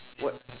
what